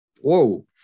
Whoa